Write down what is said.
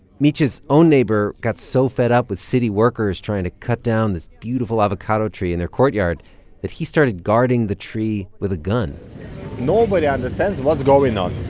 mitya's own neighbor got so fed up with city workers trying to cut down this beautiful avocado tree in their courtyard that he started guarding the tree with a gun nobody understands what's going on